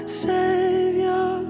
savior